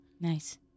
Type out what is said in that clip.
Nice